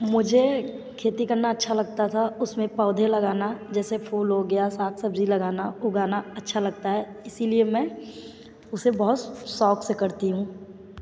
मुझे खेती करना अच्छा लगता था उसमें पौधे लगाना जैसे फूल हो गया साग सब्ज़ी लगाना उगाना अच्छा लगता है इसलिए मैं उसे बहुत शौक़ से करती हूँ